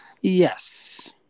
yes